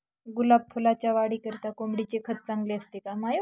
गुलाब फुलाच्या वाढीकरिता कोंबडीचे खत चांगले असते का?